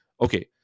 Okay